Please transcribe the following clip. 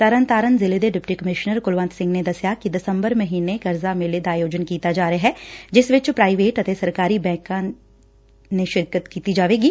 ਤਰਨਤਾਰਨ ਜ਼ਿਲੇ ਦੇ deputy commissioner Kulwant Singh ਨੇ ਦਸਿਆ ਕਿ ਦਸੰਬਰ ਮਹੀਨੇ ਕਰਜ਼ਾ ਮੇਲੇ ਦਾ ਆਯੋਜਨ ਕੀਤਾ ਜਾ ਰਿਹੈ ਜਿਸ ਵਿਚ ਪ੍ਰਾਈਵੇਟ ਅਤੇ ਸਰਕਾਰੀ ਬੈਂਕਾਂ ਸ਼ਿਰਕਤ ਕੀਤੀ ਜਾਵੇਗੀ